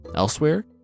Elsewhere